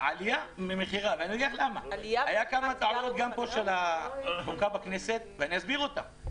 היו כמה טעויות גם בוועדה בכנסת, ואני אסביר אותן.